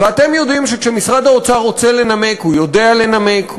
ואתם יודעים שכשמשרד האוצר רוצה לנמק הוא יודע לנמק,